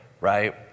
right